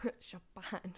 Chopin